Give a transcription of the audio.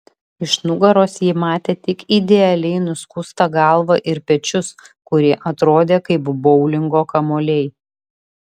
iš nugaros ji matė tik idealiai nuskustą galvą ir pečius kurie atrodė kaip boulingo kamuoliai